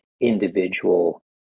individual